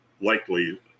likely